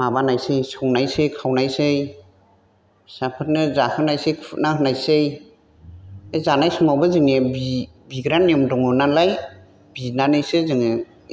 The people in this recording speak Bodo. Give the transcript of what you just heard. माबानायसै संनायसै खावनायसै फिसाफोरनो जाहोनायसै खुरना होनायसै बे जानाय समावबो जोङो बिग्रा नियम दङ नालाय बिनानैसो जोङो